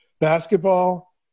basketball